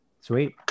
Sweet